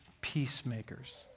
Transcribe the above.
peacemakers